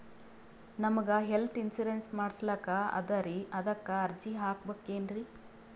ನಮಗ health insurance ಮಾಡಸ್ಲಾಕ ಅದರಿ ಅದಕ್ಕ ಅರ್ಜಿ ಹಾಕಬಕೇನ್ರಿ?